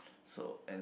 so and